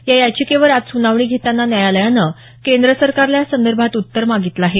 या याचिकेवर आज सुनावणी घेताना न्यायालयानं केंद्र सरकारला यासंदर्भात उत्तर मागितलं आहे